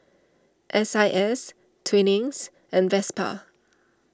S I S Twinings and Vespa